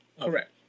Correct